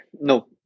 No